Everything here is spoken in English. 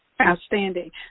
outstanding